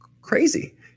crazy